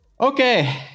Okay